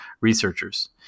researchers